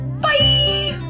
Bye